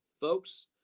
Folks